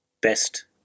best